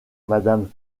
madame